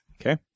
Okay